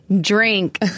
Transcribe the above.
drink